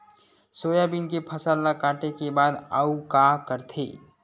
Soybean के फसल ल काटे के बाद आऊ का करथे?